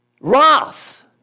Wrath